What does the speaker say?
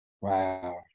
Wow